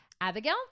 Abigail